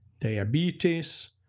diabetes